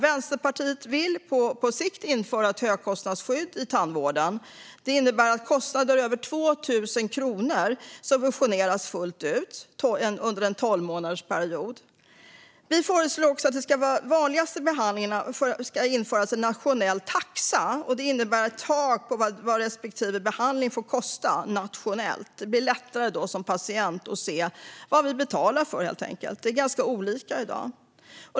Vänsterpartiet vill på sikt införa ett högkostnadsskydd i tandvården. Det innebär att kostnader över 2 000 kronor subventioneras fullt ut under en tolvmånadersperiod. Vi föreslår att det för de vanligaste behandlingarna ska införas en nationell taxa. Det innebär ett tak för vad respektive behandling får kosta nationellt, och det blir lättare som patient att se vad vi betalar för. Det är ganska olika i dag.